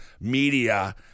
media